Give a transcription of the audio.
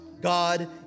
God